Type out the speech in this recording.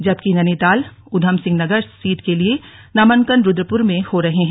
जबकि नैनीताल ऊधमसिंह नगर सीट के लिए नामांकन रुद्रपुर में हो रहे हैं